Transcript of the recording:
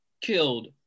killed